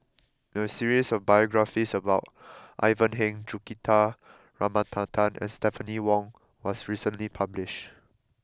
a series of biographies about Ivan Heng Juthika Ramanathan and Stephanie Wong was recently published